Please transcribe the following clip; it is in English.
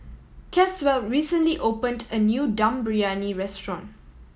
Caswell recently opened a new Dum Briyani restaurant